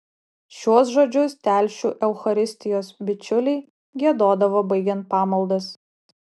šiuos žodžius telšių eucharistijos bičiuliai giedodavo baigiant pamaldas